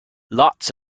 lots